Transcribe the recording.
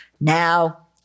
now